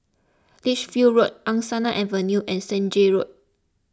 Lichfield Road Angsana Avenue and Senja Road